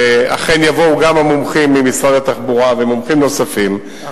אכן יבואו גם המומחים ממשרד התחבורה ומומחים נוספים,